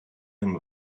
him